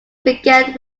began